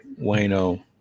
Wayno